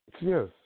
Yes